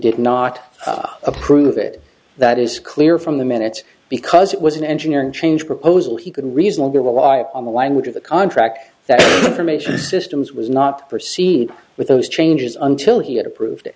did not approve it that is clear from the minutes because it was an engineering change proposal he could reasonably reliable on the language of the contract that information systems was not proceed with those changes until he had approved